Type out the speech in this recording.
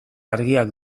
argiak